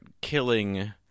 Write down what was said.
killing